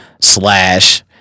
slash